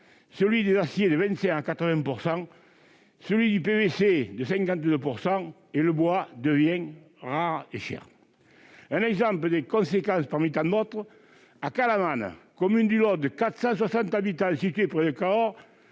celui des aciers de 25 % à 80 % et celui du PVC de 52 %. Quant au bois, il devient rare et cher. Un exemple des conséquences, parmi tant d'autres : à Calamane, commune du Lot de 460 habitants située près de Cahors,